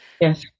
yes